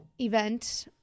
Event